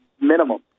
minimum